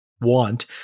want